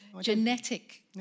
genetic